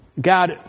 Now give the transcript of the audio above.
God